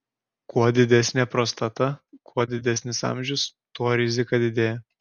kuo didesnė prostata kuo didesnis amžius tuo rizika didėja